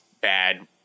bad